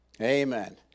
Amen